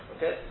Okay